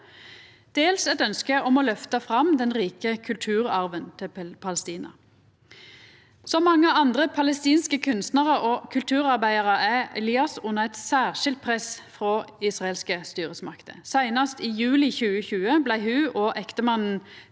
dels eit ønske om å løfta fram den rike kulturarven til Palestina. Som mange andre palestinske kunstnarar og kulturarbeidarar er Elias under eit særskilt press frå israelske styresmakter. Seinast i juli 2020 blei ho og ektemannen